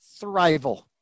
thrival